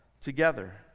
together